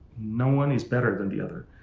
no one is better than the other.